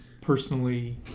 personally